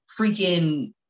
freaking